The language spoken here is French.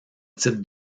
titre